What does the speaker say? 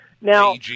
Now